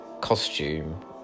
costume